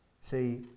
See